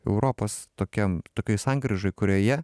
europos tokiam tokioj sankryžoj kurioje